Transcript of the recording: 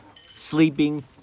Sleeping